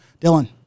Dylan